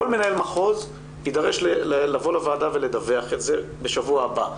כל מנהל מחוז יידרש לבוא לוועדה ולדווח על כך בשבוע הבא.